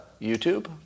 YouTube